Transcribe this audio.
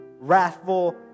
wrathful